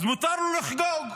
אז מותר לו לחגוג.